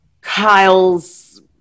Kyle's